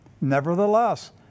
Nevertheless